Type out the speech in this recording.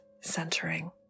centering